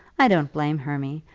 i don't blame hermy.